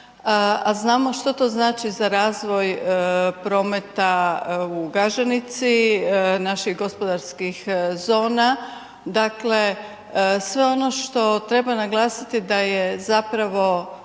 znamo što to znači za razvoj prometa u Gaženici, naših gospodarskih zona. Dakle, sve ono što treba naglasiti da je zapravo